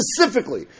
specifically